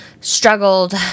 struggled